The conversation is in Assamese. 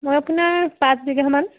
মই আপোনাৰ পাঁচ বিঘামান